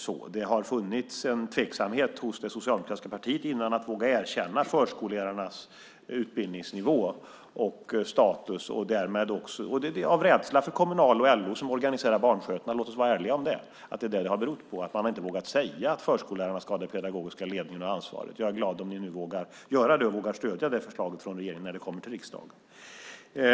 Det har tidigare funnits en tveksamhet hos det socialdemokratiska partiet när det gäller att våga erkänna förskollärarnas utbildningsnivå och status - av rädsla för Kommunal och LO som organiserar barnskötarna. Låt oss vara ärliga och säga att det är vad det har berott på; man har inte vågat säga att förskollärarna ska ha den pedagogiska ledningen och det ansvaret. Jag är glad om ni nu vågar göra det och vågar stödja regeringens förslag när det kommer till riksdagen.